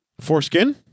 Foreskin